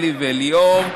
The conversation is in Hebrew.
אלי וליאור.